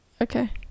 Okay